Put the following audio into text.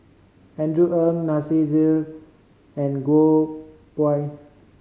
Andrew Ang Nasir Jalil and Goh Pui